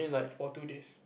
for two days